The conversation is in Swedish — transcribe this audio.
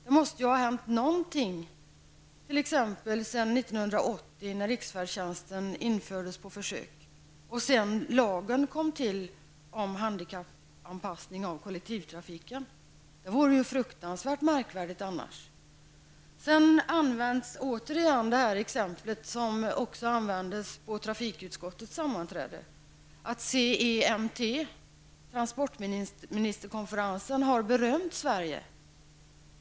Det måste ha hänt någonting sedan 1980, när riksfärdtjänsten infördes på försök och efter det att lagen om anpassning av kollektivtrafiken kom till. Det vore fruktansvärt märkligt annars. Sedan används återigen det exempel som användes på trafikutskottets sammanträde, att CEMT, transportministerkonferensen, har berömt Sverige.